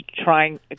trying